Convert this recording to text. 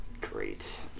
great